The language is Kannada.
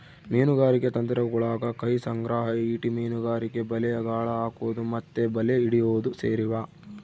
ಮೀನುಗಾರಿಕೆ ತಂತ್ರಗುಳಗ ಕೈ ಸಂಗ್ರಹ, ಈಟಿ ಮೀನುಗಾರಿಕೆ, ಬಲೆ, ಗಾಳ ಹಾಕೊದು ಮತ್ತೆ ಬಲೆ ಹಿಡಿಯೊದು ಸೇರಿವ